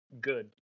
good